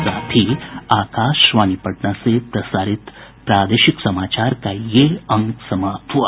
इसके साथ ही आकाशवाणी पटना से प्रसारित प्रादेशिक समाचार का ये अंक समाप्त हुआ